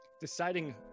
deciding